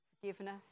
forgiveness